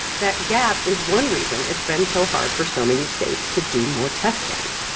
that gap is one reason it's been so hard for so many states to do more testing.